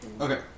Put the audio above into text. Okay